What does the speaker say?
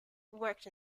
worked